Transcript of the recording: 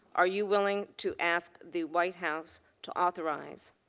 are you willing to ask the white house to authorize